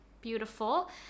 Beautiful